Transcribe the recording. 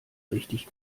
richtig